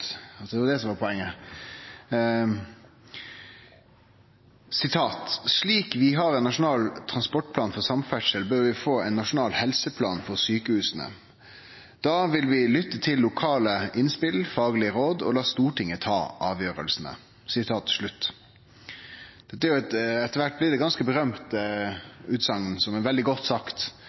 at det var det som var poenget. «Slik vi har en Nasjonal transportplan for samferdsel, bør vi få en nasjonal helseplan for sykehusene. Da vil vi lytte til lokale innspill, faglige råd og la Stortinget ta avgjørelsene.» Det er etter kvart blitt ei ganske berømt utsegn som er veldig godt sagt.